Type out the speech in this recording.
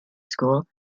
school